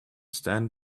stand